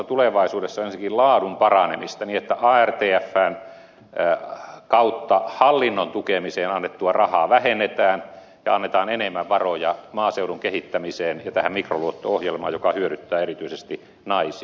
ensinnäkin tapahtuu laadun paranemista niin että artfn kautta hallinnon tukemiseen annettua rahaa vähennetään ja annetaan enemmän varoja maaseudun kehittämiseen ja tähän mikroluotto ohjelmaan joka hyödyttää erityisesti naisia